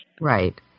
Right